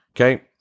Okay